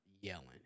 yelling